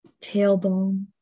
tailbone